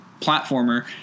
platformer